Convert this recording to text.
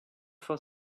for